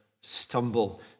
stumble